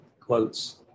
quotes